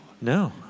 No